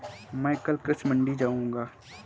मैं कल कृषि मंडी जाऊँगा